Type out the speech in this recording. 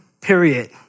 period